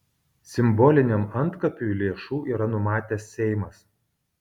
simboliniam antkapiui lėšų yra numatęs seimas